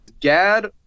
Gad